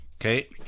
okay